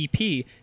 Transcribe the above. EP